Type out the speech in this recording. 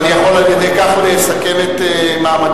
ועכשיו אנו עוברים,